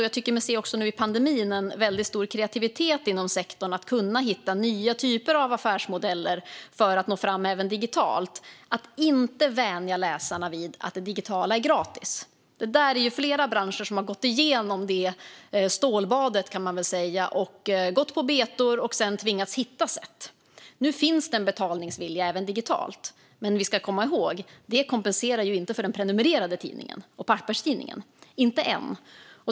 Jag tycker mig se också nu i pandemin en väldigt stor kreativitet inom sektorn att kunna hitta nya typer av affärsmodeller för att nå fram även digitalt. Det handlar om att inte vänja läsarna vid att det digitala är gratis. Det är flera branscher som har gått igenom det stålbadet, gått på betor och sedan tvingats hitta sätt. Nu finns det en betalningsvilja även digitalt. Men vi ska komma ihåg att det inte kompenserar för den prenumererade tidningen och papperstidningen, inte än.